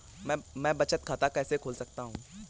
मैं बचत खाता कैसे खोल सकता हूँ?